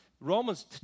Romans